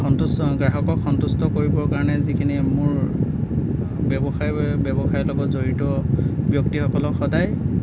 সন্তুষ্ট গ্ৰাহকক সন্তুষ্ট কৰিবৰ কাৰণে যিখিনি মোৰ ব্যৱসায় বা ব্যৱসায় লগত জড়িত ব্যক্তিসকলক সদায়